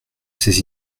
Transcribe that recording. ses